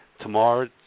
Tomorrow